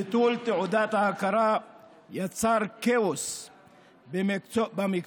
ביטול תעודת ההכרה יצר כאוס במקצוע,